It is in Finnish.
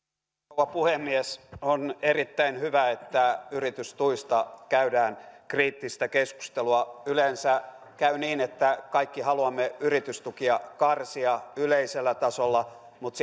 rouva puhemies on erittäin hyvä että yritystuista käydään kriittistä keskustelua yleensä käy niin että kaikki haluamme yritystukia karsia yleisellä tasolla mutta